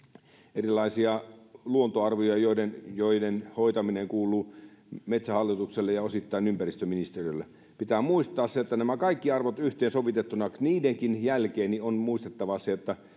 erilaisia luontoarvoja joiden joiden hoitaminen kuuluu metsähallitukselle ja osittain ympäristöministeriölle pitää muistaa se että nämä kaikki arvot yhteensovitettuna niidenkin jälkeen on muistettava se että